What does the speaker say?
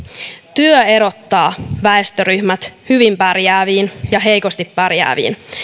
työ erottaa väestöryhmät hyvin pärjääviin ja heikosti pärjääviin